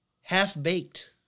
Half-Baked